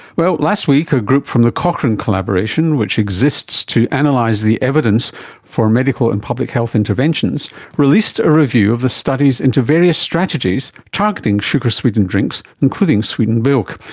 well, last week a group from the cochrane collaboration which exists to and analyse the evidence for medical and public health interventions released a review of the studies into various strategies targeting sugar sweetened drinks, including sweetened milk.